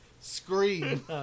scream